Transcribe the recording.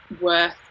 worth